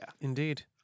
Indeed